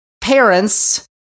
Parents